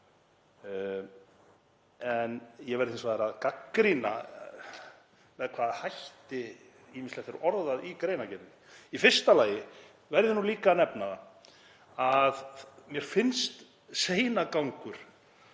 Ég verð hins vegar að gagnrýna með hvaða hætti ýmislegt er orðað í greinargerðinni. Í fyrsta lagi verð ég líka að nefna að mér finnst seinagangur